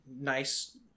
nice